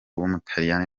w’umutaliyani